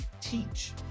teach